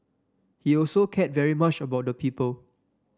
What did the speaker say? he also cared very much about the people